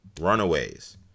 runaways